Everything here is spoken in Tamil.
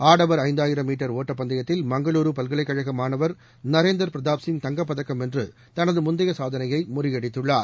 ஆடவர் ஐந்தாயிரம் மீட்டர் ஓட்டப் பந்தயத்தில் மங்களூரு பல்கலைக்கழக மாணவர் நரேந்தர் பிரதாப் சிங் தங்கப் பதக்கம் வென்று தனது முந்தைய சாதனையை முறியடித்துள்ளார்